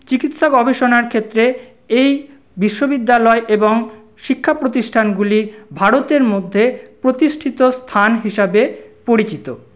চিকিৎসা গবেষণার ক্ষেত্রে এই বিশ্ববিদ্যালয় এবং শিক্ষা প্রতিষ্ঠানগুলি ভারতের মধ্যে প্রতিষ্ঠিত স্থান হিসাবে পরিচিত